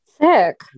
Sick